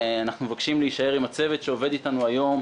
אנחנו מבקשים להישאר עם הצוות שעובד איתנו היום,